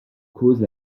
cause